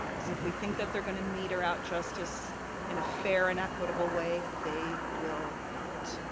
cause if we think that they're gonna meter out justice in a fair and equitable way, they will not.